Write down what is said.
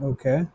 Okay